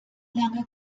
lange